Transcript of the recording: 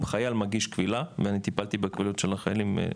אם חייל מגיש קבילה ואני טיפלתי בקבילות של החיילים,